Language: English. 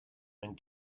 and